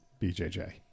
BJJ